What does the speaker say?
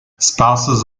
spouses